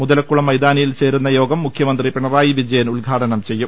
മുതലക്കുളം മൈതാനിയിൽ ചേരുന്ന യോഗം മുഖ്യമന്ത്രി പിണറായി വിജയൻ ഉദ്ഘാടനം ചെയ്യും